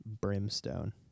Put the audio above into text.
Brimstone